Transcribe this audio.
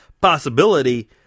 possibility